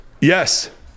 yes